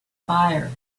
fire